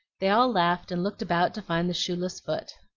they all laughed and looked about to find the shoeless foot.